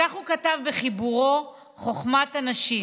כך הוא כתב בחיבורו חוכמת הנשים.